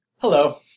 Hello